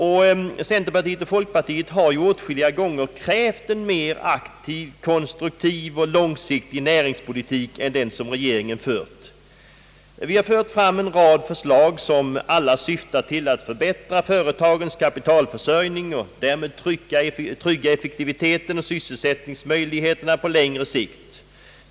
Centerpartiet och folkpartiet har åtskilliga gånger krävt en mer aktiv, konstruktiv och långsiktig näringspolitik än den som regeringen för. Vi har lagt fram en rad förslag som alla syftar till att förbättra företagens kapitalförsörjning och därmed trygga effektiviteten och sysselsättningsmöjligheterna på längre sikt.